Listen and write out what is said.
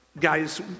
Guys